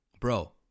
bro